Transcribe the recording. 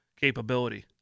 capability